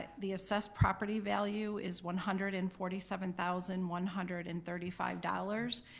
the assessed property value is one hundred and forty seven thousand one hundred and thirty five dollars.